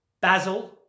Basil